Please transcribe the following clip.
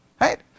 right